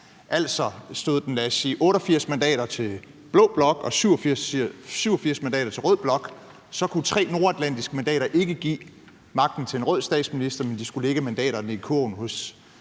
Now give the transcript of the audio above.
Altså, lad os sige, at den stod 88 mandater til blå blok og 87 mandater til rød blok. Så kunne 3 nordatlantiske mandater ikke give magten til en rød statsminister; de skulle lægge mandaterne i kurven hos